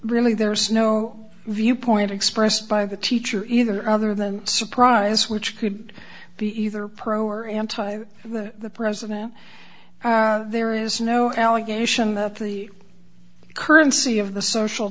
really there is no viewpoint expressed by the teacher either other than surprise which could be either pro or anti the president there is no allegation that the currency of the social